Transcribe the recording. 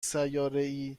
سیارهای